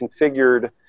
configured